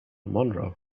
monroe